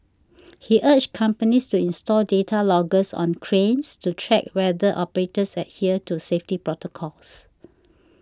he urged companies to install data loggers on cranes to track whether operators adhere to safety protocols